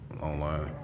online